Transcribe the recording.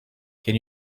can